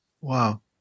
Wow